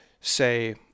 say